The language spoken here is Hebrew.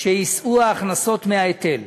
שיישאו ההכנסות מההיטל.